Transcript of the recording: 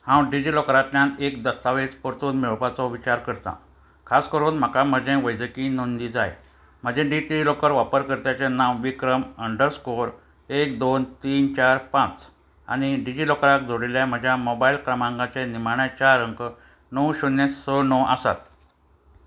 हांव डिजिलॉकरांतल्यान एक दस्तावेज परतोवन मेळोवपाचो विचार करतां खास करून म्हाका म्हजें वैजकीय नोंदी जाय म्हजें डिजिलॉकर वापरकर्त्याचें नांव विक्रम अंडरस्कोर एक दोन तीन चार पांच आनी डिजिलॉकराक जोडिल्ल्या म्हज्या मोबायल क्रमांकाचे निमाण्या चार अंक णव शुन्य स णव आसात